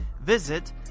visit